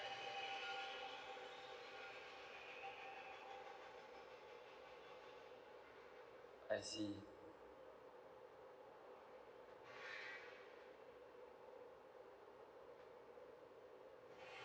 I see